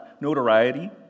notoriety